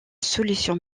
solution